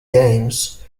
games